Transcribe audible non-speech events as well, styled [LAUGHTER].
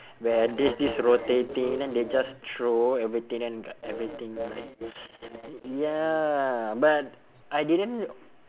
where this this rotating then they just throw everything then everything like [NOISE] ya but I didn't